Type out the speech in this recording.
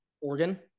Oregon